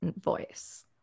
voice